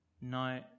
No